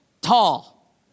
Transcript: tall